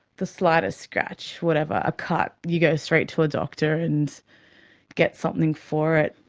the slightest scratch, whatever, a cut, you go straight to a doctor and get something for it.